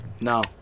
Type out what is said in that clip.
No